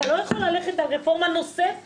אתה לא יכול ללכת על רפורמה נוספת.